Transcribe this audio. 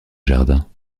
jardin